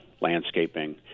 landscaping